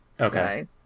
okay